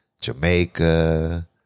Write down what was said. Jamaica